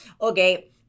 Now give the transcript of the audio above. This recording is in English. okay